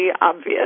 obvious